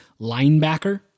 linebacker